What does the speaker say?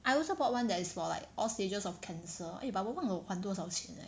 I also bought one that is for like all stages of cancer eh but 我忘了我还多少钱 eh